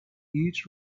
each